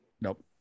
Nope